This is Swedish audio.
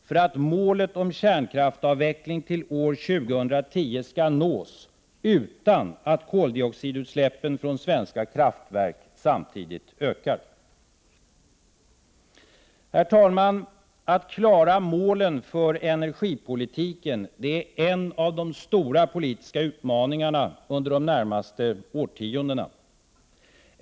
Herr talman! Att klara målen för energipolitiken är en av de stora politiska utmaningarna under de närmaste årtiondena.